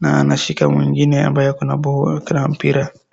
na anashika mwingine ambaye akona mpira.